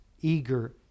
eager